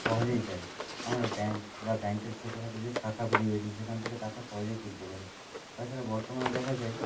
সহজেই যায় আমরা ব্যাঙ্ক বা ব্যাঙ্কের ছোটখাটো যে শাখাগুলি রয়েছে সেখান থেকে টাকা সহজেই তুলতে পারি তাছাড়া বর্তমানে দেখা যায়